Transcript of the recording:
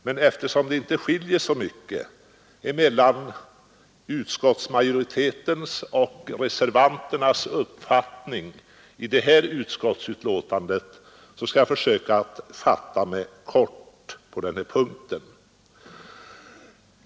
Men eftersom det inte skiljer så mycket mellan utskottsmajoritetens och reservanternas uppfattning i detta betänkande, skall jag försöka fatta mig kort.